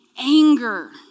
anger